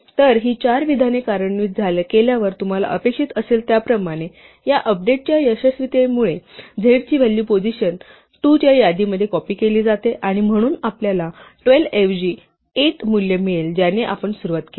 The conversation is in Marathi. तर ही चार विधाने कार्यान्वित केल्यावर तुम्हाला अपेक्षित असेल त्याप्रमाणे या अपडेटच्या यशस्वीतेमुळे z ची व्हॅल्यू पोझिशन 2 च्या यादीमध्ये कॉपी केली जाते आणि म्हणून आपल्याला 12 ऐवजी 8 व्हॅल्यू मिळेल ज्याने आपण सुरुवात केली